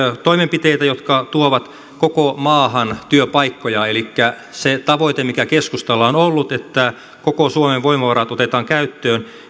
toimenpiteitä jotka tuovat koko maahan työpaikkoja elikkä se tavoite mikä keskustalla on ollut että koko suomen voimavarat otetaan käyttöön